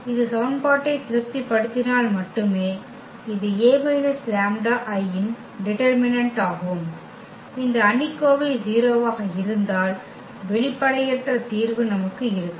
இது சமன்பாட்டை திருப்திப்படுத்தினால் மட்டுமே இது A λIன் டிடெர்மினன்ட் ஆகும் இந்த அணிக்கோவை 0 ஆக இருந்தால் வெளிப்படையற்ற தீர்வு நமக்கு இருக்கும்